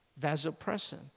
Vasopressin